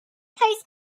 please